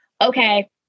okay